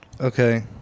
Okay